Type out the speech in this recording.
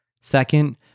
Second